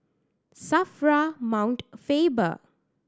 SAFRA Mount Faber